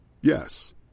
Yes